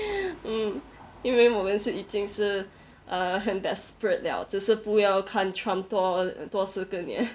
嗯因为我们是已经是 uh 很 desperate 了只是不要看 trump 多多四个年